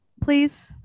Please